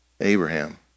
Abraham